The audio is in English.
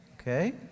okay